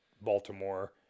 baltimore